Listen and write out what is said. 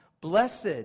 Blessed